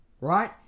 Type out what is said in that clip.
Right